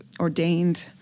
ordained